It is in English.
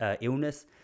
illness